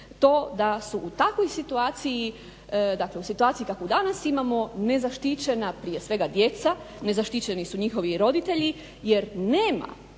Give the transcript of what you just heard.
to da su u takvoj situaciji, dakle u situaciju kakvu danas imamo nezaštićena prije svega djeca, nezaštićeni su njihovi roditelji jer nema